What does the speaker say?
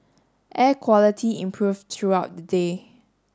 air quality improved throughout the day